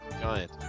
giant